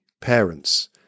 parents